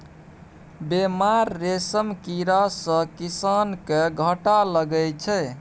बेमार रेशम कीड़ा सँ किसान केँ घाटा लगै छै